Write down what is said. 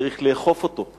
צריך לאכוף אותו.